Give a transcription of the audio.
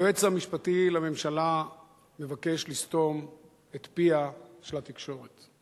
היועץ המשפטי לממשלה מבקש לסתום את פיה של התקשורת.